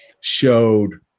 showed